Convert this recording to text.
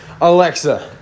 Alexa